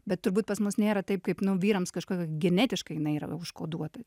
bet turbūt pas mus nėra taip kaip nu vyrams kažkokio genetiškai jinai yra užkoduota